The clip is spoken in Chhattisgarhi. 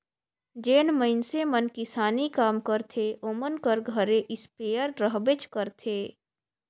जेन मइनसे मन किसानी काम करथे ओमन कर घरे इस्पेयर रहबेच करथे